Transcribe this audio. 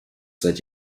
seit